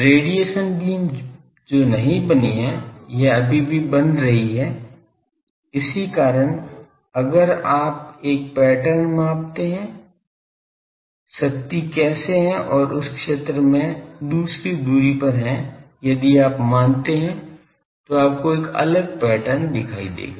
radiation beam जो नहीं बनी है यह अभी भी बन रही है इसी कारण अगर आप वहां एक पैटर्न मापते हैं शक्ति कैसे है और उस क्षेत्र में दूसरी दूरी पर है यदि आप मापते हैं तो आपको एक अलग पैटर्न दिखाई देगा